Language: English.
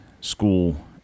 school